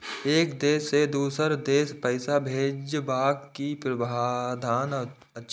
एक देश से दोसर देश पैसा भैजबाक कि प्रावधान अछि??